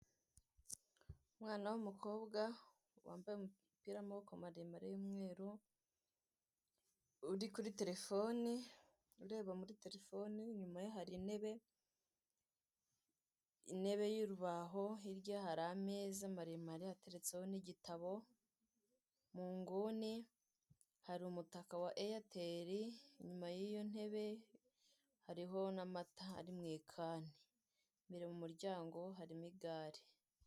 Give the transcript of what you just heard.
Umwana w'umukobwa wambaye umupira w'amaboko maremare w'umweru, uri kuri terefoni; ureba muri terefoni. Inyuma ye hari intebe, intebe y'urubaho; hirya ye hari ameza maremare ateretseho n'igitabo, mu nguni hari umutaka wa Eyateri. Inyuma y' iyo ntebe hariho n'amata ari mu ikani, biri mu muryango hari n' igare.